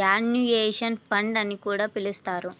యాన్యుయేషన్ fund అని కూడా పిలుస్తారు